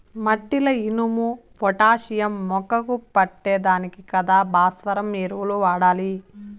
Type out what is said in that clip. మట్టిల ఇనుము, పొటాషియం మొక్కకు పట్టే దానికి కదా భాస్వరం ఎరువులు వాడాలి